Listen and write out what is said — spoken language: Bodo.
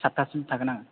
सातथासिम थागोन आं